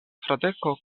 fradeko